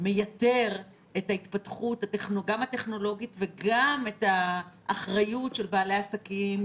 מייתרת גם את ההתפתחות הטכנולוגית וגם את האחריות של בעלי העסקים,